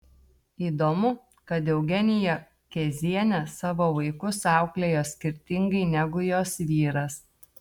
įdomu kad eugenija kezienė savo vaikus auklėjo skirtingai negu jos vyras